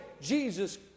Jesus